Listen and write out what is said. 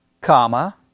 comma